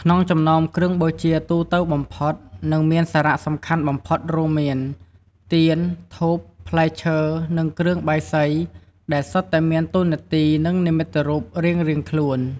ក្នុងចំណោមគ្រឿងបូជាទូទៅបំផុត និងមានសារៈសំខាន់បំផុតរួមមាន ទៀន ធូប ផ្លែឈើ និងគ្រឿងបាយសី ដែលសុទ្ធតែមានតួនាទី និងនិមិត្តរូបរៀងៗខ្លួន។